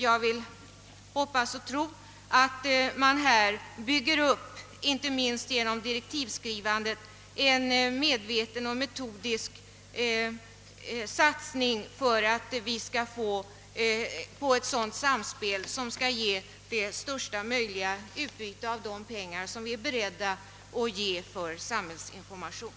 Jag hoppas nu och tror, att man inte minst genom direktivskrivandet gör en medveten och metodisk satsning för att åstadkomma ett samspel, som ger största möjliga utbyte av de pengar vi är beredda att anslå för samhällsinformation.